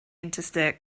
interstate